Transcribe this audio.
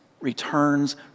returns